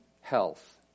health